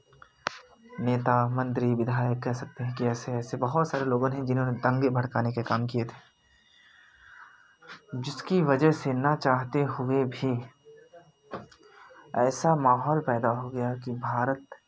नेता मंत्री विधायक कह सकते हैं कि ऐसे ऐसे बहुत सारे लोगों ने जिन्होंने दंगे भड़काने के काम किए थे जिसकी वजह से न चाहते हुए भी ऐसा माहौल पैदा हो गया कि भारत